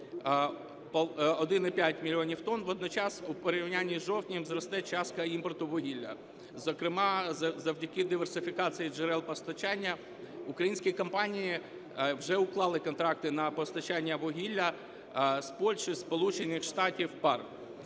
1,5 мільйона тонн, водночас у порівнянні з жовтнем зросте частка імпорту вугілля. Зокрема завдяки диверсифікації джерел постачання українські компанії вже уклали контракти на постачання вугілля з Польщею, Сполучених